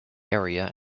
area